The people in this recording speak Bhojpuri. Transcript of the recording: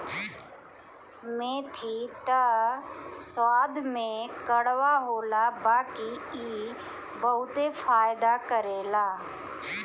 मेथी त स्वाद में कड़वा होला बाकी इ बहुते फायदा करेला